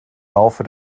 laufe